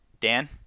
Dan